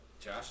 Josh